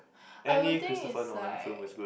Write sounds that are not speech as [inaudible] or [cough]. [breath] I would think it's like